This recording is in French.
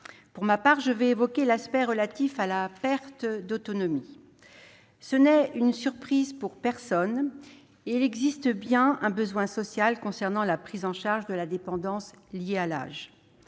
Pour ma part, j'évoquerai les questions relatives à la perte d'autonomie. Ce n'est une surprise pour personne, il existe bien un besoin social concernant la prise en charge de la dépendance liée à l'âge.